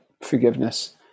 forgiveness